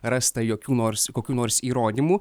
rasta jokių nors kokių nors įrodymų